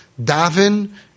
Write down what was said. Davin